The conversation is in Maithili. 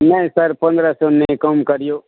नहि सर पंद्रह सए नहि कम करियौ